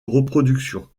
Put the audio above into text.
reproduction